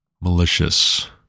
malicious